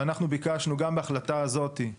גם בהחלטה הזאת ביקשנו